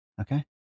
Okay